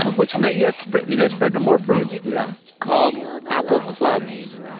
um which may yet spread. it has spread to more fruits. yeah. called apple clubs.